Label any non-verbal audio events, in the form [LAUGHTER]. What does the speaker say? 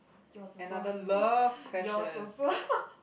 yours also ah yours also [LAUGHS]